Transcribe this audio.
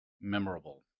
Memorable